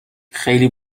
خیلی